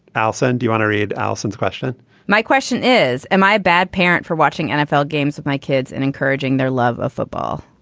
allison do you want to read allison's question my question is am i a bad parent for watching nfl games with my kids and encouraging their love of football.